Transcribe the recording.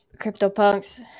CryptoPunks